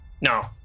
no